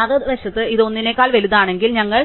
മറുവശത്ത് ഇത് 1 നേക്കാൾ വലുതാണെങ്കിൽ ഞങ്ങൾ